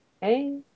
Hey